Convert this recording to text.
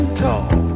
talk